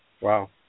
Wow